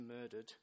murdered